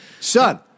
son